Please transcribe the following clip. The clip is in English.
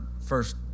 First